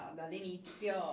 dall'inizio